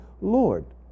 Lord